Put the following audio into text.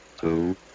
two